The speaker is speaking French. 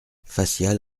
facial